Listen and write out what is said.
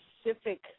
specific